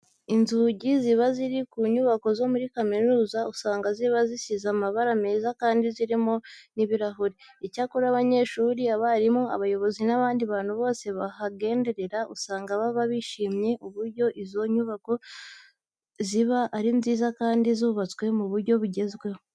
Inzugi ziba ziri ku nyubako zo muri kaminuza usanga ziba zisize amabara meza kandi zirimo n'ibirahure. Icyakora abanyeshuri, abarimu, abayobozi n'abandi bantu bose bahagenderera usanga baba bishimiye uburyo izo nyubako ziba ari nziza kandi zubatswe mu buryo bugezweho.